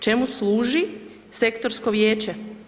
Čemu služi Sektorsko vijeće?